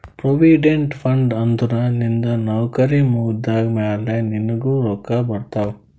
provident fund ಅಂದುರ್ ನಿಂದು ನೌಕರಿ ಮುಗ್ದಮ್ಯಾಲ ನಿನ್ನುಗ್ ರೊಕ್ಕಾ ಬರ್ತಾವ್